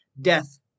death